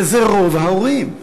וזה רוב ההורים.